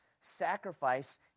sacrifice